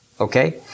okay